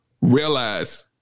realize